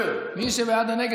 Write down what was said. נתקבלה.